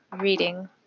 reading